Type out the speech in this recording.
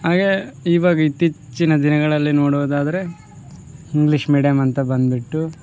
ಹಾಗೆ ಇವಾಗ ಇತ್ತೀಚಿನ ದಿನಗಳಲ್ಲಿ ನೋಡೋದಾದರೆ ಹಿಂಗ್ಲಿಷ್ ಮೀಡಿಯಮ್ ಅಂತ ಬಂದುಬಿಟ್ಟು